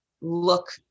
look